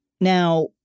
now